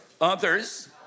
Others